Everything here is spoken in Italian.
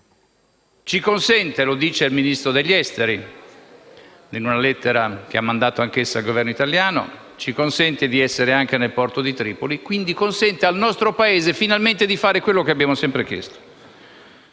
ci consente - lo dice il Ministro degli affari esteri in una lettera che ha mandato al Governo italiano - di essere anche nel porto di Tripoli e quindi consente al nostro Paese di fare finalmente quello che abbiamo sempre chiesto.